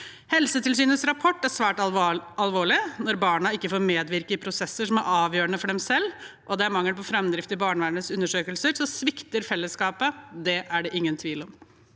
Helsetilsynets rapport er svært alvorlig. Når barna ikke får medvirke i prosesser som er avgjørende for dem selv, og det er mangel på framdrift i barnevernets undersøkelser, svikter fellesskapet. Det er det ingen tvil om.